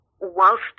whilst